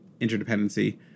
interdependency